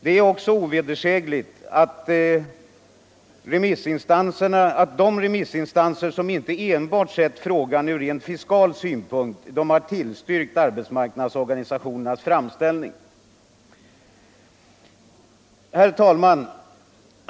Det är också ovedersägligt att de remissinstanser som inte enbart sett frågan från rent fiskal synpunkt tillstyrkt arbetsmarknadsorganisationernas framställning.